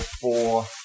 four